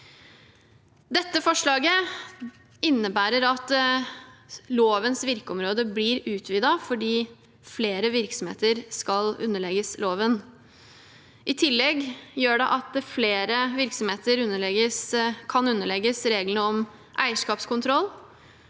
Dette forslaget innebærer at lovens virkeområde blir utvidet fordi flere virksomheter skal underlegges loven. I tillegg gjør det at flere virksomheter kan underlegges reglene om eierskapskontroll.